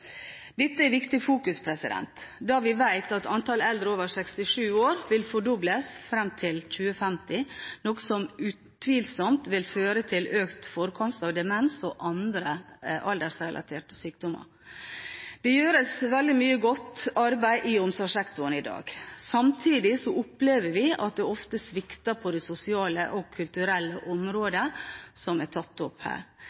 Dette er et viktig fokus, da vi vet at antall eldre over 67 år vil fordobles fram til 2050, noe som utvilsomt vil føre til økt forekomst av demens og andre aldersrelaterte sykdommer. Det gjøres veldig mye godt arbeid i omsorgssektoren i dag. Samtidig opplever vi at det ofte svikter på det sosiale og kulturelle området som er tatt opp her.